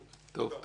תודה.